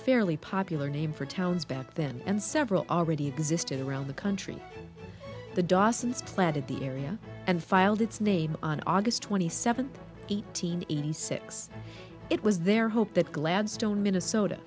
fairly popular name for towns back then and several already existed around the country the dawsons planted the area and filed its name on august twenty seventh eight hundred eighty six it was their hope that gladstone minnesota